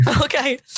Okay